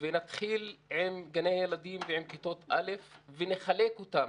ונתחיל עם גני ילדים ועם כיתות א' ונחלק אותם,